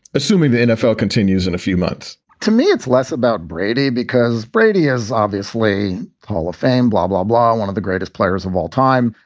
assuming the nfl continues in a few months to me, it's less about brady because brady is obviously the hall of fame, blah, blah, blah. one of the greatest players of all time.